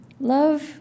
Love